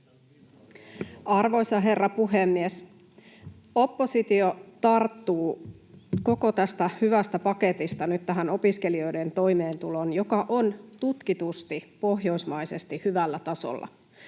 Arvoisa herra puhemies! Oppositio tarttuu koko tästä hyvästä paketista nyt tähän opiskelijoiden toimeentuloon, joka on tutkitusti pohjoismaisesti hyvällä tasolla.